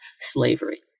slavery